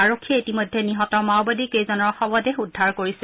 আৰক্ষীয়ে ইতিমধ্যে নিহত মাওবাদী কেইজনৰ শৱদেহ উদ্ধাৰ কৰিছে